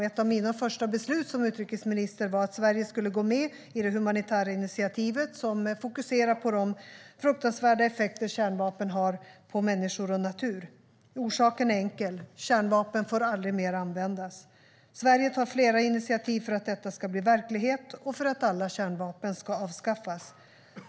Ett av mina första beslut som utrikesminister var att Sverige skulle gå med i det humanitära initiativet som fokuserar på de fruktansvärda effekter kärnvapen har på människor och natur. Orsaken är enkel; kärnvapen får aldrig mer användas. Sverige tar flera initiativ för att detta ska bli verklighet och för att alla kärnvapen ska avskaffas.